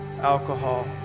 alcohol